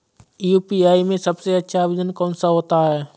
UPI में सबसे अच्छा आवेदन कौन सा होता है?